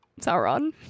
sauron